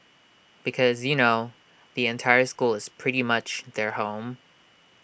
because you know the entire school is pretty much their home